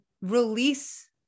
release